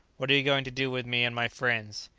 what are you going to do with me and my friends?